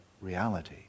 reality